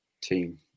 team